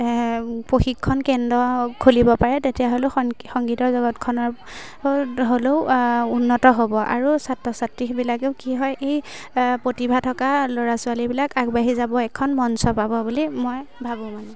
প্ৰশিক্ষণ কেন্দ্ৰ খুলিব পাৰে তেতিয়াহ'লেও সংগীতৰ জগতখনৰ হ'লেও উন্নত হ'ব আৰু ছাত্ৰ ছাত্ৰীবিলাকেও কি হয় এই প্ৰতিভা থকা ল'ৰা ছোৱালীবিলাক আগবাঢ়ি যাবলৈ এখন মঞ্চ পাব বুলি মই ভাবোঁ মানে